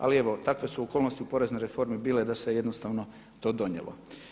Ali evo, takve su okolnosti u poreznoj reformi bile da se to jednostavno donijelo.